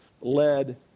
led